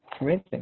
Amazing